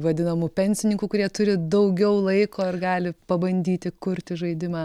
vadinamų pensininkų kurie turi daugiau laiko ir gali pabandyti kurti žaidimą